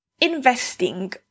investing